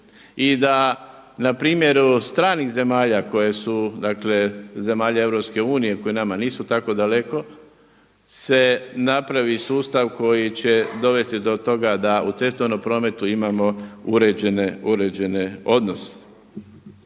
i da na primjeru stranih zemalja koje su, dakle zemalja EU koje nama nisu tako daleko se napravi sustav koji će dovesti do toga da u cestovnom prometu imamo uređene odnose.